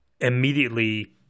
immediately